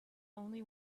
only